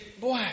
boy